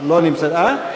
לא נמצאת.